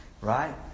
right